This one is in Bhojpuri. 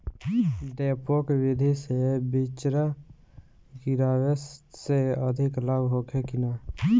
डेपोक विधि से बिचड़ा गिरावे से अधिक लाभ होखे की न?